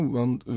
want